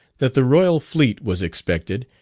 that the royal fleet was expected,